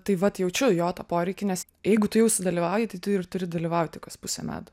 tai vat jaučiu jo tą poreikį nes jeigu tu jau sudalyvauji tai tu ir turi dalyvauti kas pusę metų